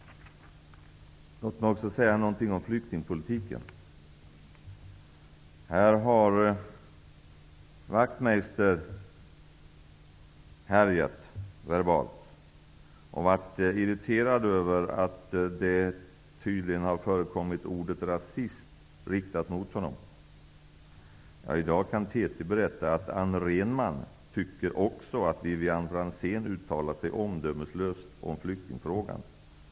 Låt mig också säga någonting om flyktingpolitiken. Här har Wachtmeister härjat verbalt och varit irriterad över att ordet rasist tydligen har förekommit, riktat mot honom. I dag kan TT berätta att Anne Rhenman också tycker att Vivianne Franzén uttalar sig omdömeslöst om flyktingfrågan.